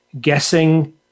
guessing